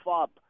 up